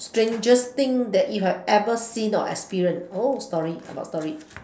strangest thing that if I've ever seen or experienced oh story about story